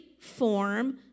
form